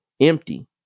empty